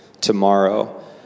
tomorrow